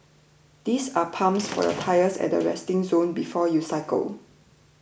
these are pumps for your tyres at the resting zone before you cycle